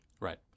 Right